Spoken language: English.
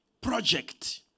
project